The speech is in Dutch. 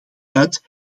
uit